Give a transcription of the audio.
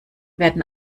werden